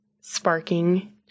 sparking